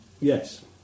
Yes